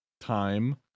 time